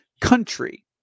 country